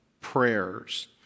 prayers